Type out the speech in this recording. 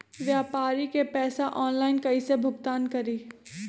व्यापारी के पैसा ऑनलाइन कईसे भुगतान करी?